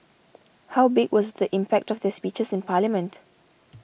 how big was the impact of their speeches in parliament